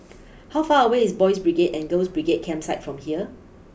how far away is Boys' Brigade and Girls' Brigade Campsite from here